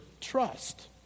trust